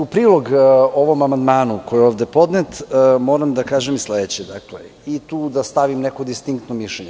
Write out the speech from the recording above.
U prilog ovom amandmanu koji je ovde podnet moram da kažem i sledeće i da tu stavim neko distinktno mišljenje.